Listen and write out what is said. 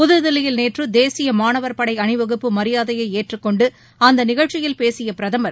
புதுதில்லியில் நேற்று தேசிய மாணவர் படை அணிவகுப்பு மரியாதையை ஏற்றுக்கொண்டு அந்த நிகழ்ச்சியில் பேசிய பிரதமர்